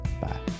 Bye